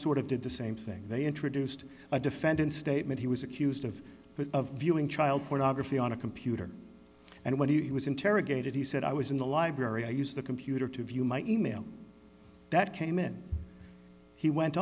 of did the same thing they introduced a defendant's statement he was accused of viewing child pornography on a computer and when he was interrogated he said i was in the library i used the computer to view my e mail that came in he went